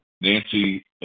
Nancy